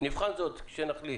נבחן זאת כשנחליט.